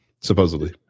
supposedly